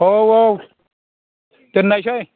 औ औ दोननायसै